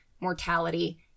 mortality